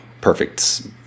perfect